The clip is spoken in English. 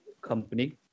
company